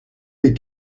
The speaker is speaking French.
les